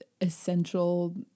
essential